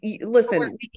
listen